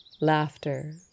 laughter